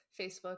Facebook